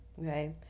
okay